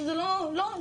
שזה לא תדיר,